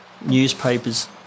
newspapers